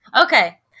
okay